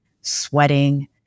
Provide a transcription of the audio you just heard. sweating